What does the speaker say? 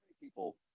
people